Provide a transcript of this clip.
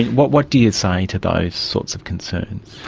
what what do you say to those sorts of concerns?